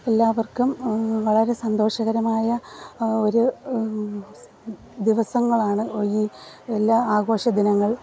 എല്ലാവർക്കും വളരെ സന്തോഷകരമായ ഒരു ദിവസങ്ങളാണ് ഒരു ഈ എല്ലാ ആഘോഷ ദിനങ്ങൾ